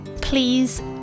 please